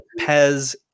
Pez